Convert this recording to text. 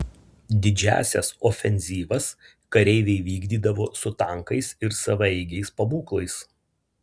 didžiąsias ofenzyvas kareiviai vykdydavo su tankais ir savaeigiais pabūklais